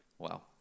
Wow